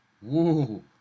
whoa